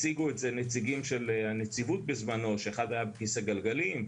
הציגו את זה הנציגים של הנציבות בזמנו שאחד היה בכיסא גלגלים,